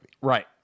Right